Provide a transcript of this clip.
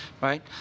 right